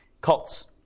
cults